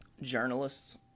Journalists